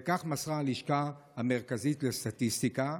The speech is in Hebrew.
וכך מסרה הלשכה המרכזית לסטטיסטיקה,